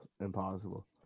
impossible